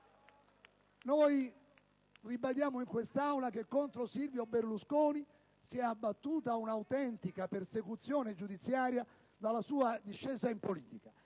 ribadire in quest'Aula che contro Silvio Berlusconi si è abbattuta un'autentica persecuzione giudiziaria sin dalla sua discesa in politica